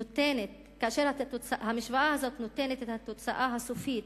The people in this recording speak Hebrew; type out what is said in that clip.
כאשר המשוואה הזו נותנת את התוצאה הסופית